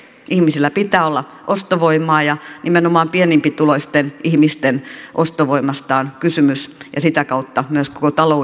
ihmisillä pitää olla ostovoimaa ja nimenomaan pienempituloisten ihmisten ostovoimasta on kysymys ja sitä kautta myös koko talouden hyvinvoinnista